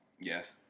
Yes